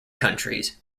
countries